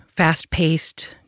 fast-paced